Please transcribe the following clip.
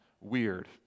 weird